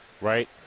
right